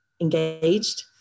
engaged